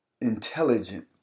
intelligent